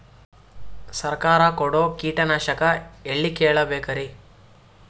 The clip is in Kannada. ಸರಕಾರ ಕೊಡೋ ಕೀಟನಾಶಕ ಎಳ್ಳಿ ಕೇಳ ಬೇಕರಿ?